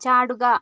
ചാടുക